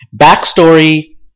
Backstory